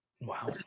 Wow